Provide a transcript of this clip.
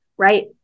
right